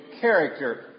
character